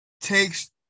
takes